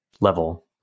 level